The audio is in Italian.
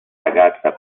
ragazza